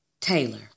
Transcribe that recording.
Taylor